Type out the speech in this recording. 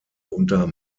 unter